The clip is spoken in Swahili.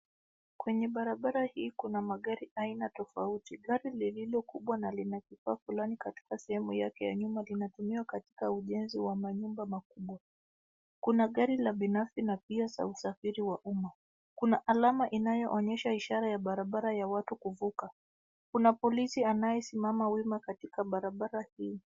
Kwenye barabara hii kuna magari tofauti, gari lililo kubwa na lina kifaa fulani katika sehemu yake ya nyuma, linatumiwa katika ujenzi wa manyumba makubwa. Kuna gari la binafsi na pia za usafiri wa umma. Kuna alama inayoonyesha ishara ya barabara ya watu kuvuka. Kuna polisi anayesimama wima katika barabara hii.